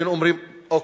היינו אומרים: אוקיי,